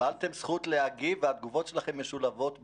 קיבלתם זכות להגיב והתגובות שלכם משולבות בדוח.